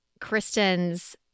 Kristen's